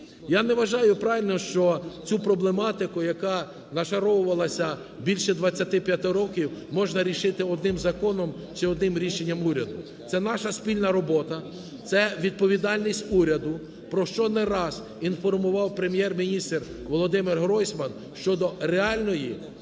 Я не вважаю правильним, що цю проблематику, яка нашаровувалася більше 25 років, можна рішити одним законом чи одним рішенням уряду. Це наша спільна робота, це відповідальність уряду, про що не раз інформував Прем'єр-міністр ВолодимирГройсман щодо реальної